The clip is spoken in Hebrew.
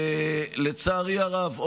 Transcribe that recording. לצערי הרב,